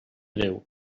déu